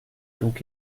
donc